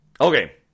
Okay